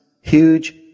Huge